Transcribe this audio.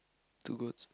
two goats